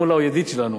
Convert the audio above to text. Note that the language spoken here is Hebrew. מולה הוא ידיד שלנו,